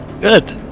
Good